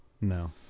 No